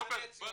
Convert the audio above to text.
כן.